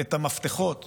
את המפתחות